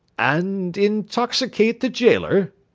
and intoxicate the gaoler.